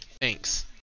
Thanks